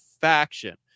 faction